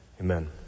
Amen